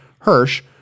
Hirsch